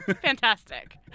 fantastic